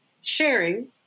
sharing